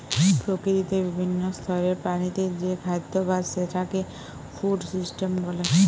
প্রকৃতিতে বিভিন্ন স্তরের প্রাণীদের যে খাদ্যাভাস সেটাকে ফুড সিস্টেম বলে